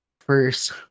first